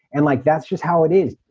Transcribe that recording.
and like that's just how it is